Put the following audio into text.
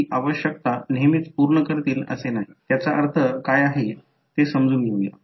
तर हे मी सांगितले आहे की ते रिपीट होईल अशा प्रकारे फ्रिक्वेंसी डोमेनमधील सर्किट दाखवू शकतो